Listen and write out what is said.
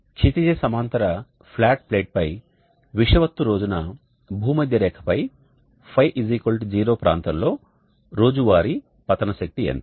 క్షితిజ సమాంతర ఫ్లాట్ ప్లేట్పై విషువత్తు రోజున భూమధ్యరేఖపై ϕ0 ప్రాంతంలో రోజువారీ పతన శక్తి ఎంత